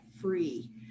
free